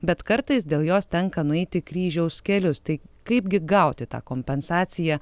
bet kartais dėl jos tenka nueiti kryžiaus kelius tai kaipgi gauti tą kompensaciją